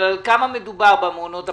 אבל על כמה מדובר במעונות הפרטיים?